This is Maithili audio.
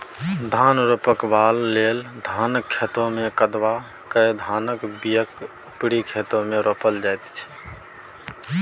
धान रोपबाक लेल धानक खेतमे कदबा कए धानक बीयाकेँ उपारि खेत मे रोपल जाइ छै